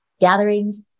gatherings